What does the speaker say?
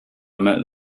met